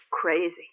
crazy